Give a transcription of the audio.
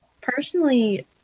Personally